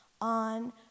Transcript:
on